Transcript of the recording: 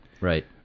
right